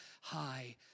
high